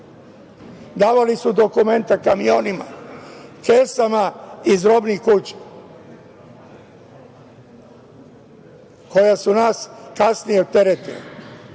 Davali su dokumenta kamionima, u kesama iz robnih kuća, koja su nas kasnije teretila,